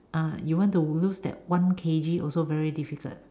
uh you want to lose that one K_G also very difficult